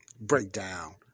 breakdown